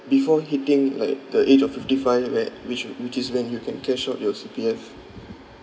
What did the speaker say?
before hitting like the age of fifty five where which which is when you can cash out your C_P_F